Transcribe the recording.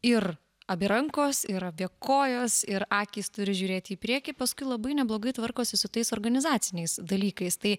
ir abi rankos ir abi kojos ir akys turi žiūrėti į priekį paskui labai neblogai tvarkosi su tais organizaciniais dalykais tai